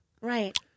Right